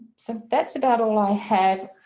so that's about all i have